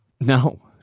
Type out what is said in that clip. No